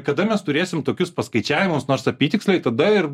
kada mes turėsim tokius paskaičiavimus nors apytiksliai tada ir